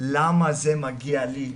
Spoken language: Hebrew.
'למה זה מגיע לי?'.